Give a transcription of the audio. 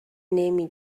نمی